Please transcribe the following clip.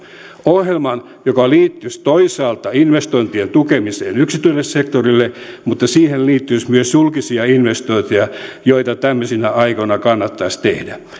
ohjelman joka liittyisi toisaalta investointien tukemiseen yksityiselle sektorille mutta johon liittyisi myös julkisia investointeja joita tämmöisinä aikoina kannattaisi tehdä